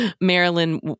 Marilyn